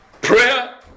prayer